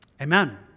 Amen